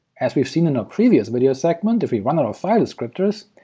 as we've seen in our previous video segment, if we run out of file descriptors,